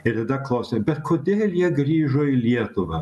ir tada klausai bet kodėl jie grįžo į lietuvą